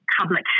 public